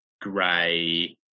Gray